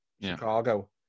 Chicago